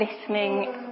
listening